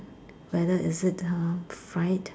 whether is it uh fried